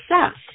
success